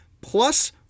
plus